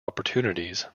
opportunities